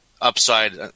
upside